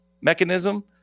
mechanism